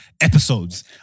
episodes